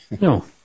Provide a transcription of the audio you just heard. No